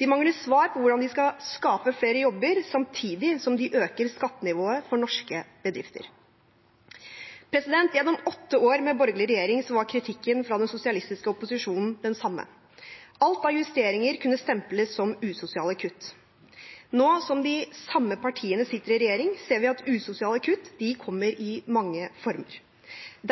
De mangler svar på hvordan de skal skape flere jobber samtidig som de øker skattenivået for norske bedrifter. Gjennom åtte år med borgerlig regjering var kritikken fra den sosialistiske opposisjonen den samme: Alt av justeringer kunne stemples som usosiale kutt. Nå som de samme partiene sitter i regjering, ser vi at usosiale kutt kommer i mange former,